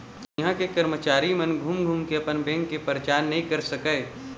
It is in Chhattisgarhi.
इहां के करमचारी मन घूम घूम के अपन बेंक के परचार नइ कर सकय